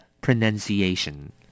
pronunciation